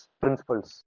principles